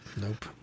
Nope